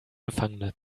gefangene